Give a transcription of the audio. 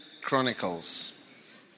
Chronicles